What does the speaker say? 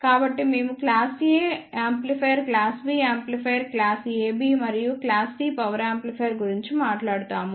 కాబట్టి మేము class A amplifier class B amplifier class AB మరియు క్లాస్ C పవర్ యాంప్లిఫైయర్ గురించి మాట్లాడుతాము